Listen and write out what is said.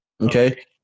okay